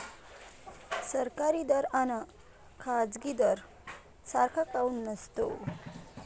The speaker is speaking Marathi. सरकारी दर अन खाजगी दर सारखा काऊन नसतो?